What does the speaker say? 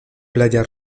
playa